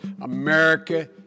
America